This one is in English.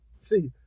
see